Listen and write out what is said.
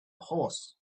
horse